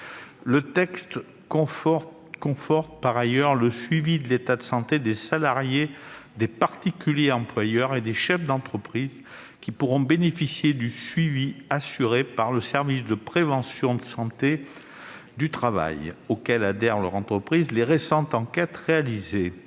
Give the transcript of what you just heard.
Le texte conforte, par ailleurs, le suivi de l'état de santé des salariés des particuliers employeurs et des chefs d'entreprise, qui pourront bénéficier du suivi assuré par le service de prévention et de santé au travail auquel adhère leur entreprise. Les récentes enquêtes réalisées